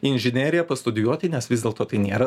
inžineriją pastudijuoti nes vis dėlto tai nėra